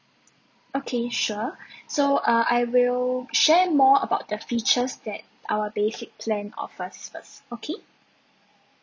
okay sure so uh I will share more about the features that our basic plan offers first okay